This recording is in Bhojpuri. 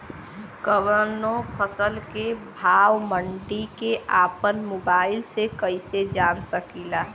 कवनो फसल के भाव मंडी के अपना मोबाइल से कइसे जान सकीला?